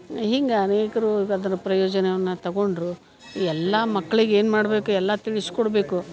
ಹಿಂಗೆ ಅನೇಕರು ಈಗ ಅದ್ರ ಪ್ರಯೋಜನವನ್ನು ತಗೊಂಡರು ಎಲ್ಲ ಮಕ್ಳಿಗೆ ಏನು ಮಾಡಬೇಕು ಎಲ್ಲ ತಿಳಿಸಿಕೊಡ್ಬೇಕು